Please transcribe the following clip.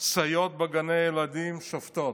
סייעות בגני הילדים שובתות,